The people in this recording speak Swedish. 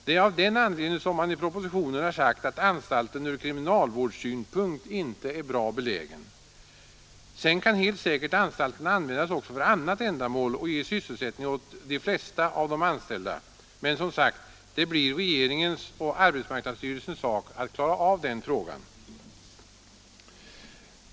Det är av den anledningen som det i propositionen sägs att anstalten från kriminalvårdssynpunkt inte är bra belägen. Sedan kan anstalten helt säkert användas för annat ändamål och därigenom ge sysselsättning åt de flesta av de anställda, men det blir som sagt regeringens och arbetsmarknadsstyrelsens sak att klara av detta.